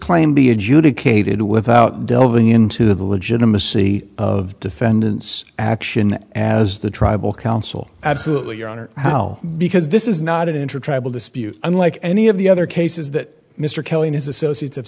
claim be adjudicated without delving into the legitimacy of defendant's action as the tribal council absolutely your honor how because this is not intertribal dispute unlike any of the other cases that mr kelly and his associates